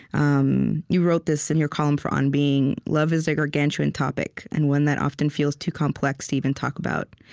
um you wrote this in your column for on being love is a gargantuan topic, and one that often feels too complex to even talk about.